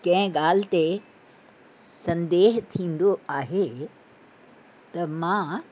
ॻाल्हि ते संदेहु थींदो आहे त मां